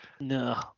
No